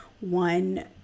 one